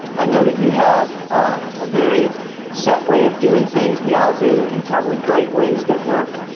i know that you have a very set way of doing things we all do in probably great ways that work